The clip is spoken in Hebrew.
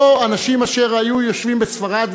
או אנשים אשר היו יושבים בספרד,